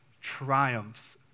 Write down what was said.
triumphs